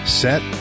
set